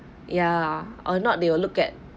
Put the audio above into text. ya or not they will look at